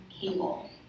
cable